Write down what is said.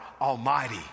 Almighty